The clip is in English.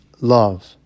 love